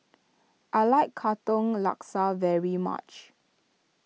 I like Katong Laksa very much